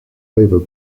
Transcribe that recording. favour